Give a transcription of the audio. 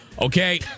Okay